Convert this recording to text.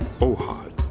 Ohad